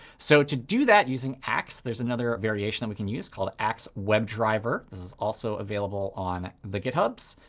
so to do that using axe, there's another variation that we can use called axe-webdriver. this is also available on the githubs.